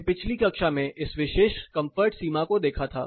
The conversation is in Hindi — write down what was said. हमने पिछली कक्षा में इस विशेष कंफर्ट सीमा को देखा था